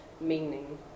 meaning